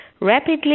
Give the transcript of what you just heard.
rapidly